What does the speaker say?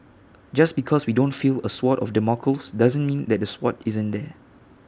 just because we don't feel A sword of Damocles doesn't mean that A sword isn't there